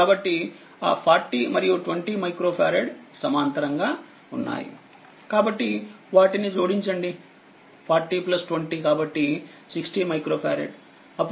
కాబట్టిఆ40మరియు20 మైక్రోఫారడ్సమాంతరంగా ఉన్నాయి కాబట్టి వాటిని జోడించండి 40 20 కాబట్టి60 మైక్రో ఫారెడ్